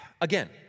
Again